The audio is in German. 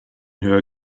höher